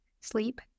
sleep